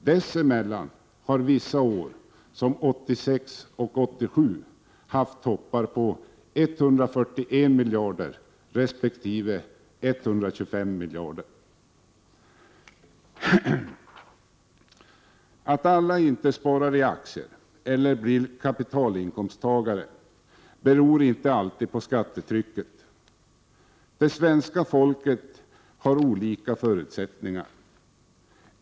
Dessemellan har vissa år, exempelvis 1986 och 1987, haft toppar på 141 miljarder resp. 125 miljarder. Det beror inte alltid på skattetrycket att alla inte sparar i aktier eller blir kapitalinkomsttagare. Människor i Sverige har olika förutsättningar.